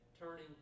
turning